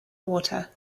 water